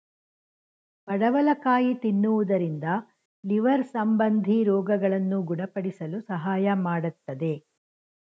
ಪಡವಲಕಾಯಿ ತಿನ್ನುವುದರಿಂದ ಲಿವರ್ ಸಂಬಂಧಿ ರೋಗಗಳನ್ನು ಗುಣಪಡಿಸಲು ಸಹಾಯ ಮಾಡತ್ತದೆ